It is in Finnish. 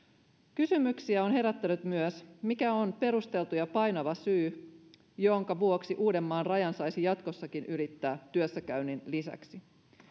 kysymyksiä on herättänyt myös se mikä on perusteltu ja painava syy jonka vuoksi uudenmaan rajan saisi jatkossakin ylittää työssäkäynnin lisäksi